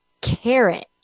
carrot